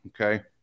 okay